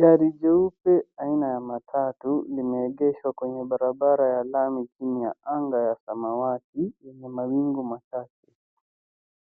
Gari jeupe aina ya matatu limeegeshwa kwenye barabara ya lami chini ya anga ya samawati yenye mawingu masafi.